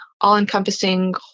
all-encompassing